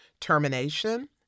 termination